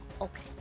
Okay